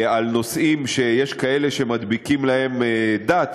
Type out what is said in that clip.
בנושאים שיש כאלה שמדביקים להם דת,